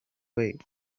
way